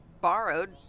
borrowed